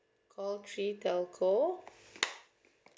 call three telco